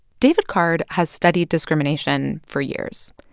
david card has studied discrimination for years,